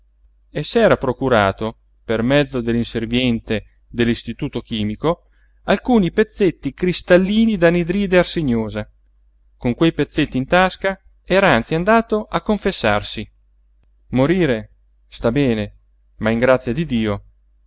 notte e s'era procurato per mezzo dell'inserviente dell'istituto chimico alcuni pezzetti cristallini d'anidride arseniosa con quei pezzetti in tasca era anzi andato a confessarsi morire sta bene ma in grazia di dio